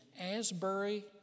asbury